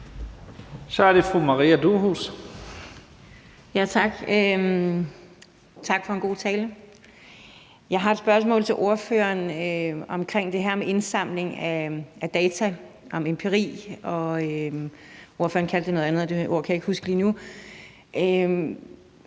Durhuus (S): Tak, og tak for en god tale. Jeg har et spørgsmål til ordføreren omkring det her med indsamling af data, altså af empiri – og ordføreren kaldte det noget andet, men det kan jeg ikke huske lige nu.